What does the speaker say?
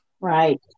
right